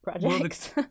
projects